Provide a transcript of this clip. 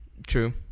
True